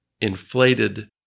inflated